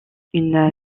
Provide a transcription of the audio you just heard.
une